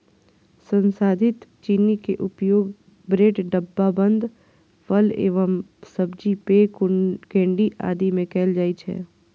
संसाधित चीनी के उपयोग ब्रेड, डिब्बाबंद फल एवं सब्जी, पेय, केंडी आदि मे कैल जाइ छै